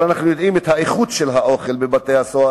אבל אנחנו יודעים את האיכות של האוכל בבתי-הסוהר,